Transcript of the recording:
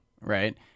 right